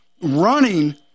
running